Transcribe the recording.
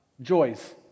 joys